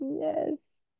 yes